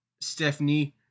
Stephanie